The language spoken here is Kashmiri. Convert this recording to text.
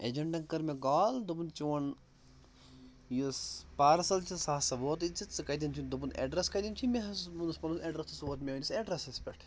اٮ۪جَنٹَن کٔر مےٚ کال دوٚپُن چون یُس پارسَل چھُ سُہ سا ووتٕے ژے ژٕ کتٮ۪ن چھُن دوٚپُن اٮ۪ڈرس کتٮ۪ن چھوٕے مےٚ حظ ووٚنُس پنُن اٮ۪ڈرس سُہ ووت میٚٲنِس اٮ۪ڈرسَس پٮ۪ٹھ